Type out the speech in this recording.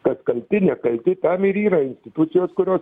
kas kalti nekalti tam ir yra institucijos kurios